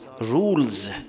rules